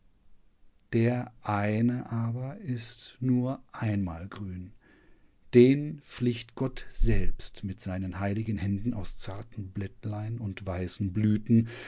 der eine aber ist nur einmal grün den flicht gott selbst mit seinen heiligen händen aus zarten blättlein und weißen blüten